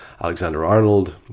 Alexander-Arnold